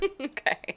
okay